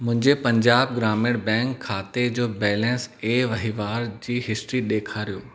मुंहिंजे पंजाब ग्रामीण बैंक खाते जो बैलेंसु ऐं वहिंवार जी हिस्ट्री ॾेखारियो